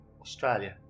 Australia